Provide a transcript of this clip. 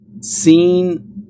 seen